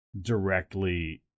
directly